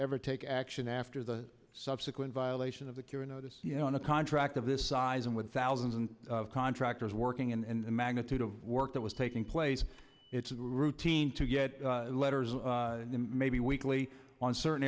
ever take action after the subsequent violation of the curia notice you know in a contract of this size and with thousands and contractors working and a magnitude of work that was taking place it's routine to get letters or maybe weekly on certain